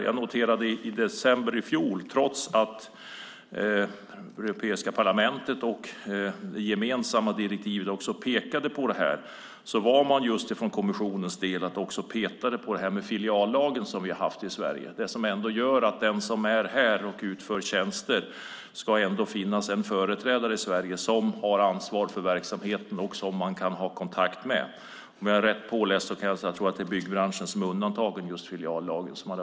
Jag noterade i december i fjol att trots att Europeiska parlamentet pekade på det här, petade kommissionen på filiallagen som vi har haft i Sverige, som gör att det för den som är här och utför tjänster ska det ska finnas en företrädare i Sverige som har ansvar för verksamheten och som man kan ha kontakt med. Om jag är rätt påläst är det byggbranschen som är undantagen från filiallagen.